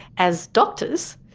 as doctors,